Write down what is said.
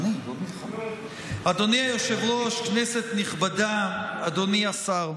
אדוני היושב-ראש, כנסת נכבדה, אדוני השר,